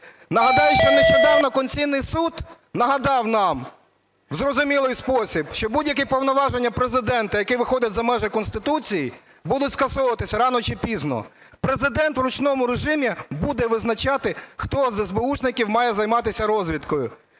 Нагадаю, що нещодавно Конституційний Суд нагадав нам, в зрозумілий спосіб, що будь-які повноваження Президента, які виходять за межі Конституції, будуть скасовуватися рано чи пізно. Президент в ручному режимі буде визначати, хто з есбеушників має займатися розвідкою.